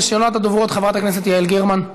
ראשונת הדוברות, חברת הכנסת יעל גרמן.